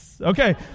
Okay